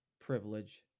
privilege